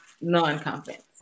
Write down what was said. non-confidence